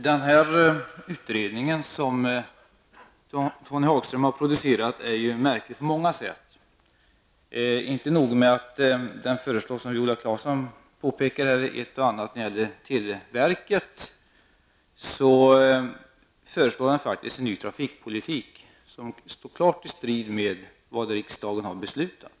Herr talman! Den utredning som Tony Hagström har producerat är märklig på många sätt. Inte nog med att det i den föreslås, som Viola Claesson har påpekat, ett och annat när det gäller televerket. I utredningen föreslås också en ny trafikpolitik som står klart i strid med vad riksdagen har fattat beslut om.